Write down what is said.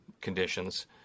conditions